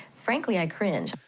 frankly, i cringe.